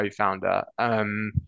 co-founder